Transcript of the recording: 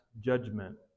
judgment